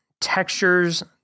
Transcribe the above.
textures